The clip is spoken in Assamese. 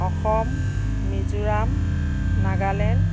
অসম মিজোৰাম নাগালেণ্ড